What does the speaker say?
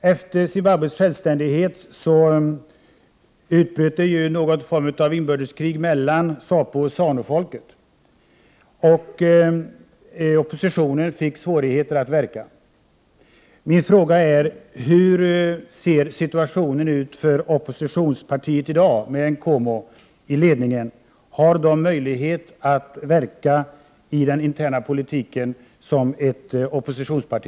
Efter Zimbabwes självständighet utbröt någon form av inbördeskrig mellan ZAPU och ZANU, och oppositionen fick svårigheter att verka. Hur ser situationen ut i dag för oppositionspartiet med Nkomo i ledningen? Har partiet möjlighet att verka i den interna politiken som ett oppositionsparti?